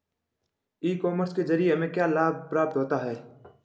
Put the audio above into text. ई commerce के ज़रिए हमें क्या क्या लाभ प्राप्त होता है?